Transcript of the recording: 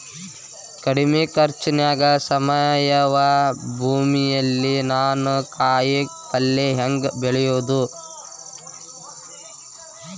ಕಡಮಿ ಖರ್ಚನ್ಯಾಗ್ ಸಾವಯವ ಭೂಮಿಯಲ್ಲಿ ನಾನ್ ಕಾಯಿಪಲ್ಲೆ ಹೆಂಗ್ ಬೆಳಿಯೋದ್?